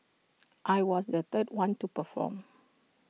I was the third one to perform